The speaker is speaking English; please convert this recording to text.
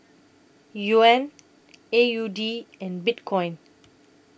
Yuan A U D and Bitcoin